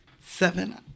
seven